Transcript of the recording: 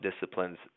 disciplines